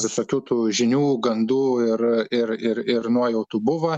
visokių tų žinių gandų ir ir ir ir nuojautų buvo